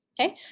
Okay